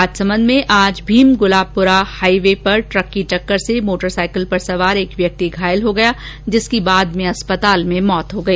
राजसमन्द में आज भीम गुलाबपुरा हाईवे पर ट्रक की टक्कर से मोटरसाईकिल पर सवार एक व्यक्ति घायल हो गया जिसकी अस्पताल में मौत हो गई